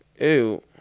Ew